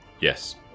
yes